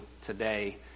today